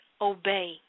obey